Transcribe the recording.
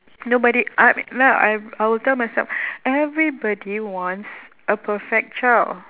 nobody I now I'm I will tell myself everybody wants a perfect child